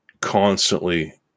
constantly